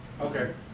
Okay